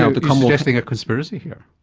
ah like um suggesting a conspiracy here?